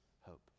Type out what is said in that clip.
hope